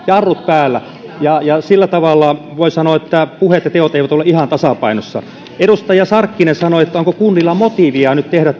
jarrut päällä ja ja sillä tavalla voi sanoa että puheet ja teot eivät ole ihan tasapainossa edustaja sarkkinen kysyi onko kunnilla motiivia nyt tehdä